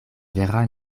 vera